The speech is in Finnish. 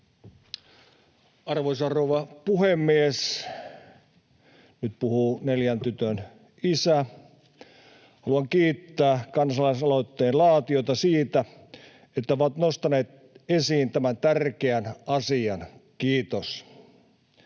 Arvoisa rouva puhemies! Nyt puhuu neljän tytön isä. Haluan kiittää kansalaisaloitteen laatijoita siitä, että ovat nostaneet esiin tämän tärkeän asian. Kiitos.